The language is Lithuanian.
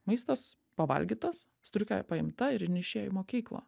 maistas pavalgytas striukė paimta ir jin išėjo į mokyklą